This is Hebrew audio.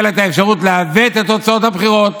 לה את האפשרות לעוות את תוצאות הבחירות.